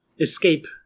escape